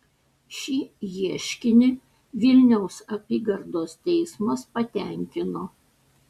šį ieškinį vilniaus apygardos teismas patenkino